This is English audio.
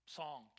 song